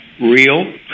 real